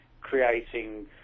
creating